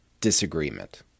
Disagreement